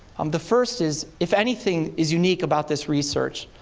um the first is if anything is unique about this research,